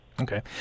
Okay